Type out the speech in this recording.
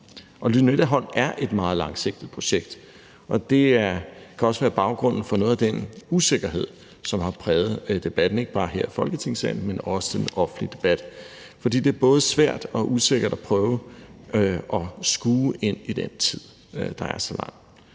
Lynetteholm er et meget langsigtet projekt, og det kan også være baggrunden for noget af den usikkerhed, som har præget debatten, ikke bare her i Folketingssalen, men også den offentlige debat. For det er både svært og usikkert at prøve at skue ind i en tid, der er så lang.